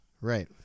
Right